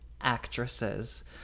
actresses